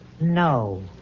No